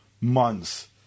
months